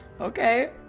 Okay